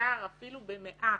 מהשר אפילו במעט.